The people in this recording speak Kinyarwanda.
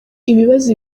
ibibazo